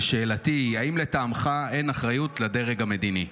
שאלתי היא: האם לטעמך אין אחריות לדרג המדיני?